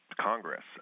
Congress